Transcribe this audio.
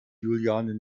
juliane